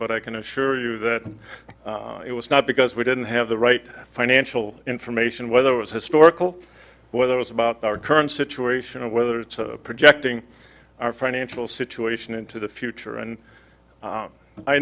but i can assure you that it was not because we didn't have the right financial information whether it was historical whether it was about our current situation or whether it's projecting our financial situation into the future and